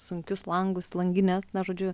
sunkius langus langines na žodžiu